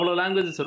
language